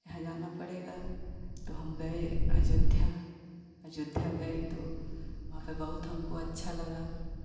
यहाँ जाना पड़ेगा तो हम गए अयोध्या अयोध्या गए तो वहाँ पे बहुत हमको अच्छा लगा